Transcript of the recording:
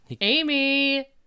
Amy